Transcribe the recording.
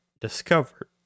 discovered